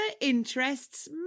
interests